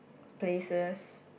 places